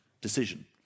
decision